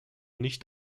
nicht